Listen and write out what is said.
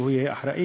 והוא יהיה אחראי.